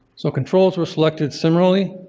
so controls were selected similarly,